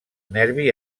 nervi